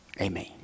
Amen